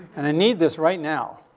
and i need this right now,